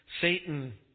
Satan